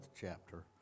chapter